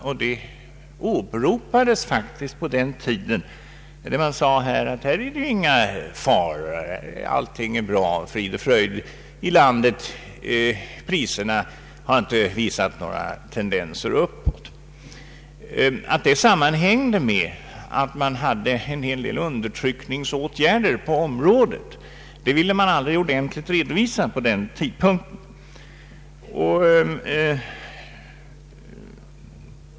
Prisstabiliteten åberopades faktiskt på den tiden som argument för hälsa i ekonomin när man sade att det inte var någon fara, att allting var bra — att priserna inte visade några uppåtgående tendenser. Att detta sammanhängde med att man vidtagit en hel del undertryckningsåtgärder på området ville man inte ordentligt redovisa vid den tidpunkten.